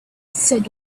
said